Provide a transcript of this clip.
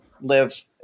live